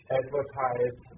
advertise